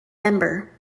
member